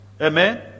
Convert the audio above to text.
Amen